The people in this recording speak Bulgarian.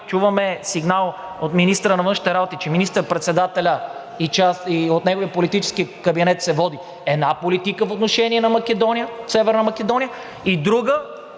Чуваме сигнал от министъра на външните работи, че от министър-председателя и от неговия политически кабинет се води една политика по отношение на Северна Македония, и друга,